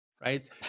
Right